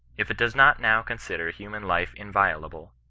if it does not now consider human life inviolable,